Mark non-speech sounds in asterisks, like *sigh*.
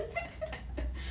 *laughs*